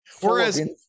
Whereas